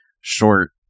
short